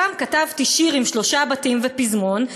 פעם כתבתי שיר עם שלושה בתים ופזמון,